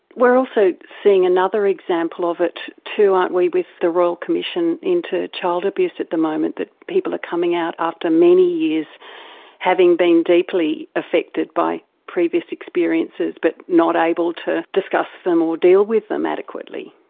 we're also seeing another example of it too, aren't we, with the royal commission into child abuse at the moment, that people are coming out after many years having been deeply affected by previous experiences but not able to discuss them or deal with them adequately.